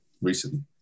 recently